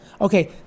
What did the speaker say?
Okay